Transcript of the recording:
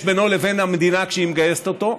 בינו לבין המדינה כשהיא מגייסת אותו,